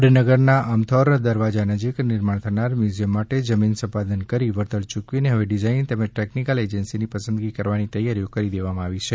વડનગરના અમથોર દરવાજા નજીક નિર્માણ થનાર મ્યુઝિયમ માટે જમીન સંપાદન કરી વળતર યૂકવીને હવે ડીઝાઇન તેમજ ટેકનીકલ એજન્સીની પસંદગી કરવા માટે તૈયારીઓ કરી દેવામાં આવી છે